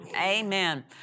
Amen